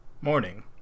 Morning